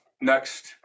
next